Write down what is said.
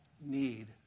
need